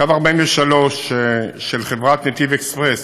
קו 43 של חברת "נתיב אקספרס"